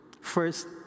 First